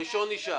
הראשון נשאר.